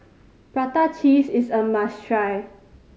prata cheese is a must try